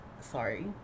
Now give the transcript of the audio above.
sorry